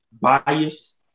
bias